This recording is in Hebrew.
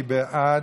מי בעד?